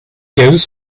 goes